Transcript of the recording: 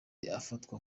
afatwa